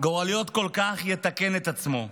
כל כך יתקן את עצמו,